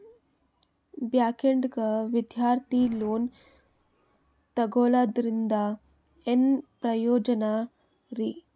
ಬ್ಯಾಂಕ್ದಾಗ ವಿದ್ಯಾರ್ಥಿ ಲೋನ್ ತೊಗೊಳದ್ರಿಂದ ಏನ್ ಪ್ರಯೋಜನ ರಿ?